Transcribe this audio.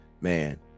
man